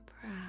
proud